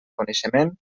coneixement